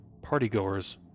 partygoers